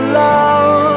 love